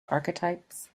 archetypes